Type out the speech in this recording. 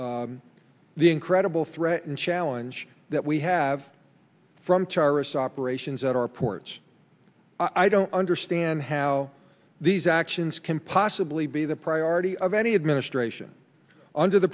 the incredible threat and challenge that we have from terrorist operations at our ports i don't understand how these actions can possibly be the priority of any administration under the